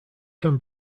can